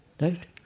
Right